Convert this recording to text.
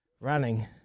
running